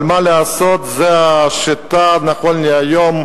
אבל מה לעשות, זו השיטה, נכון להיום,